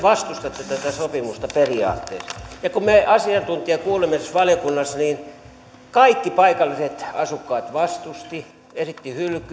vastustatte tätä sopimusta periaatteessa ja kun asiantuntijakuulemisessa valiokunnassa kaikki paikalliset asukkaat vastustivat esittivät